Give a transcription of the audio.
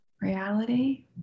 reality